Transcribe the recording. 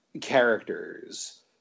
characters